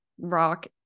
Rock